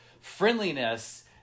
friendliness